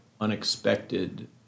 unexpected